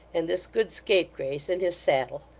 and this good scapegrace in his saddle.